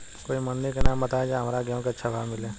कोई मंडी के नाम बताई जहां हमरा गेहूं के अच्छा भाव मिले?